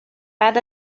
بعد